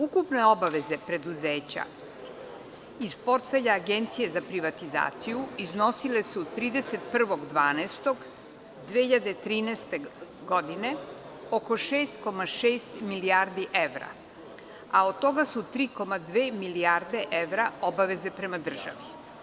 Ukupne obaveze preduzeća iz portfelja Agencije za privatizaciju iznosile su 31. 12. 2013. godine oko 6,6 milijardi evra, a od toga su 3,2 milijarde evra obaveze prema državi.